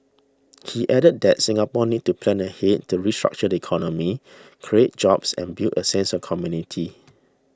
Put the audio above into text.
he added that Singapore needs to plan ahead to restructure the economy create jobs and build a sense of community